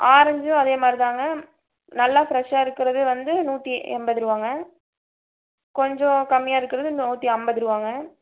ஆரஞ்சும் அதே மாதிரிதாங்க நல்லா ஃப்ரெஷ்ஷாக இருக்கிறது வந்து நூற்றி எண்பது ரூபாங்க கொஞ்சம் கம்மியாக இருக்கிறது நூற்றி ஐம்பது ரூபாங்க